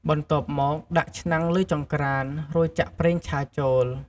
បន្ទាប់មកដាក់ឆ្នាំងលើចង្ក្រាន រួចចាក់ប្រេងឆាចូល។